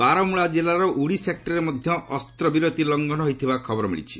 ବାରମ୍ରଳା ଜିଲ୍ଲାର ଉଡ଼ି ସେକୁରରେ ମଧ୍ୟ ଅସ୍ତ୍ରବିରତି ଲଙ୍ଘନ ହୋଇଥିବା ଖବର ମିଳିଛି